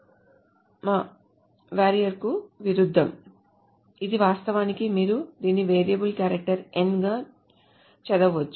మా varchar కు విరుద్ధంగా ఇది వాస్తవానికి మీరు దీన్ని వేరియబుల్ క్యారెక్టర్ n గా చదవవచ్చు